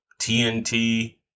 TNT